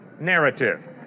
narrative